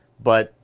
but,